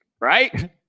Right